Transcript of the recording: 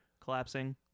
collapsing